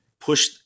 push